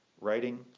writing